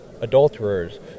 adulterers